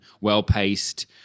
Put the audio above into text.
well-paced